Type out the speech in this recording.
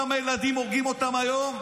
כמה ילדים הורגים היום.